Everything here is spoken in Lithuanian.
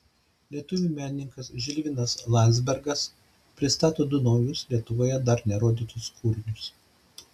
lietuvių menininkas žilvinas landzbergas pristato du naujus lietuvoje dar nerodytus kūrinius